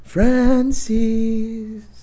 Francis